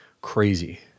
Crazy